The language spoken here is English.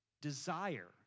desire